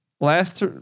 last